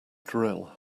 drill